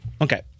okay